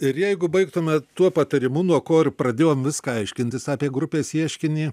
ir jeigu baigtume tuo patarimu nuo ko ir pradėjom viską aiškintis apie grupės ieškinį